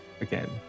again